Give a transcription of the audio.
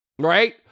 Right